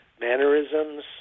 mannerisms